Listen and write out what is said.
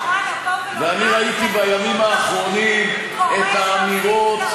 לבוא ולומר, לא יהיה נורא לבוא ולומר: עשינו